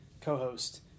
co-host